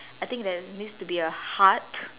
I think there needs to be a heart